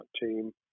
team